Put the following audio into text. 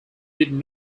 did